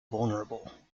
vulnerable